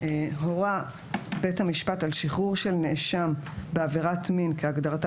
הורה בית המשפט על שחרור של נאשם בעבירת מין כהגדרתה